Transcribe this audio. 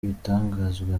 ibitangazwa